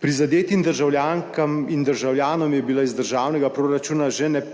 Prizadetim državljankam in državljanom je bila iz državnega proračuna ,so bila